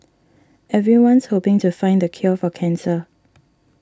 everyone's hoping to find the cure for cancer